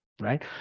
right